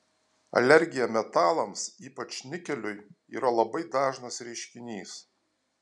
alergija metalams ypač nikeliui yra labai dažnas reiškinys